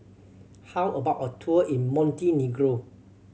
how about a tour in Montenegro